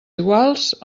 iguals